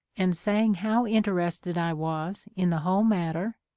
and saying how interested i was in the whole matter,